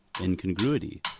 incongruity